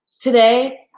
Today